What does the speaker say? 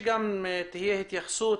פרויקט שהקדים את תקופתו,